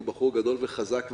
הוא בחור גדול וחזק ו"פירק"